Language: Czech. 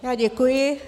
Já děkuji.